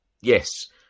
Yes